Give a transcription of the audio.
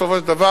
בסופו של דבר,